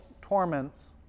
torments